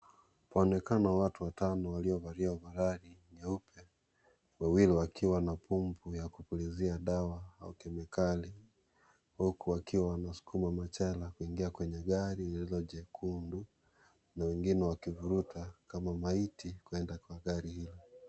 Kunaonekana watu watano waliovalia ovaroli nyeupe, wawili wakiwa na bumbu, ya kupulizia dawa au kemikali huku wakiwa wanasukuma majela na kuingia kwenye gari la jekundu na wengine wakivuruta kama maiti kwenda kwa gari hiyo.